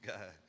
God